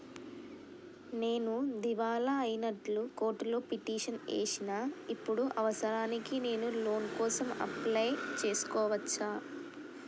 నేను దివాలా అయినట్లు కోర్టులో పిటిషన్ ఏశిన ఇప్పుడు అవసరానికి నేను లోన్ కోసం అప్లయ్ చేస్కోవచ్చా?